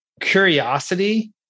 curiosity